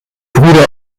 brüder